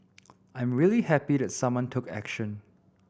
I am really happy that someone took action